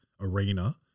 arena